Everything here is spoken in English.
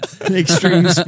extreme